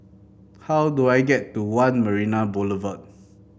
how do I get to One Marina Boulevard